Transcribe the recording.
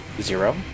zero